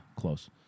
close